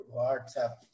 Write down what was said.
WhatsApp